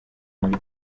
muri